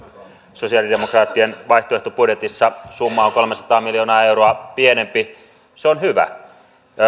sosialidemokraattien vaihtoehtobudjetissa summa on kolmesataa miljoonaa euroa pienempi se on hyvä